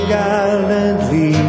gallantly